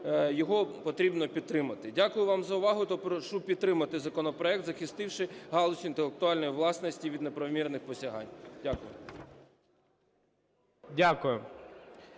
його потрібно підтримати. Дякую вам за увагу. Та прошу підтримати законопроект, захистивши галузь інтелектуальної власності від неправомірних посягань. Дякую.